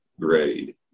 grade